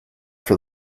for